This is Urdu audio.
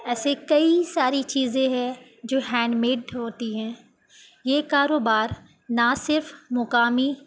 ایسے کئی ساری چیزیں ہے جو ہینڈ میڈ ہوتی ہیں یہ کاروبار نہ صرف مقامی